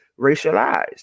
racialized